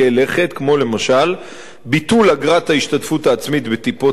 כמו למשל ביטול אגרת ההשתתפות העצמית בטיפות-החלב,